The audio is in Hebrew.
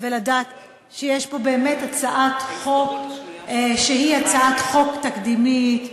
ולדעת שיש פה באמת הצעת חוק שהיא הצעת חוק תקדימית,